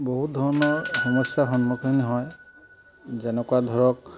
বহুত ধৰণৰ সমস্যাৰ সন্মুখীন হয় যেনেকুৱা ধৰক